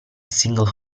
single